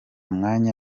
mwanya